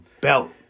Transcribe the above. belt